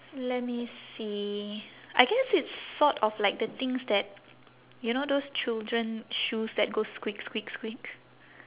let me see I guess it's sort of like the things that you know those children shoes that goes squeak squeak squeak